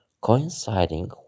Coinciding